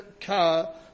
car